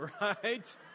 Right